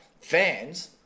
fans